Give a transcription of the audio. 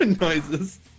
Noises